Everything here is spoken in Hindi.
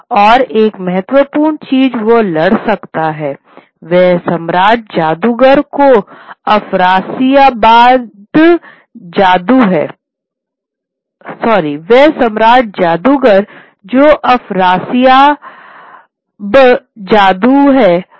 और एक महत्वपूर्ण चीज वह लड़ सकता है वह सम्राट जादूगर जो अफरासियाब जादू है उनसे लड़ सकता हैं